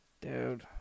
dude